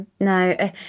no